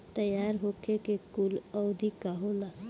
तैयार होखे के कूल अवधि का होला?